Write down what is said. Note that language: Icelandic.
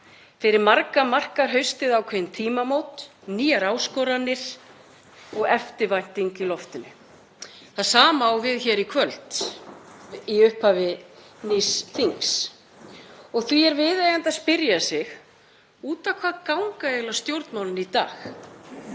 Fyrir marga markar haustið ákveðin tímamót, nýjar áskoranir og eftirvænting er í loftinu. Það sama á við hér í kvöld í upphafi nýs þings. Því er viðeigandi að spyrja sig: Út á hvað ganga eiginlega stjórnmálin í dag?